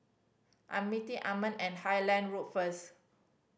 I am meeting Armand at Highland Road first